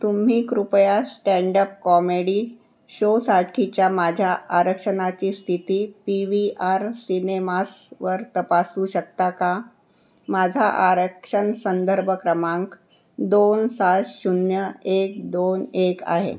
तुम्ही कृपया stand up comedy शोसाठीच्या माझ्या आरक्षणाची स्थिती पी वी आर सिनेमास वर तपासू शकता का माझा आरक्षण संदर्भ क्रमांक दोन सास शून्य एक दोन एक आहे